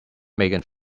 megan